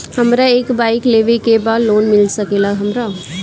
हमरा एक बाइक लेवे के बा लोन मिल सकेला हमरा?